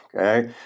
okay